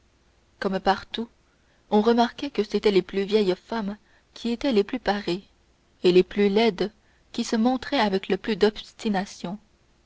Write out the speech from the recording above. comme partout on remarquait que c'étaient les plus vieilles femmes qui étaient les plus parées et les plus laides qui se montraient avec le plus d'obstination